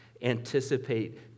anticipate